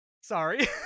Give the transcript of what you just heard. Sorry